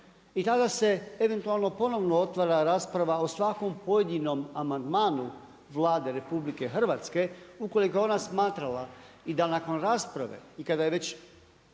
I tada se eventualno ponovno otvara rasprava o svakom pojedinom amandmanu Vlade RH ukoliko je ona smatrala i da nakon rasprave i kada je već